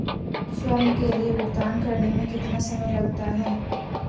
स्वयं के लिए भुगतान करने में कितना समय लगता है?